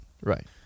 Right